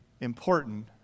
important